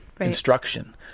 instruction